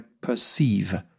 perceive